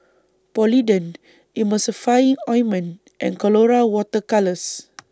Polident Ointment and Colora Water Colours